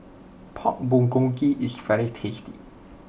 Pork Bulgogi is very tasty